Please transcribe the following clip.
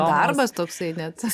darbas toksai net